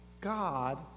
God